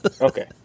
Okay